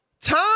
Tom